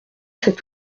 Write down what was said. cet